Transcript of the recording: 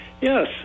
Yes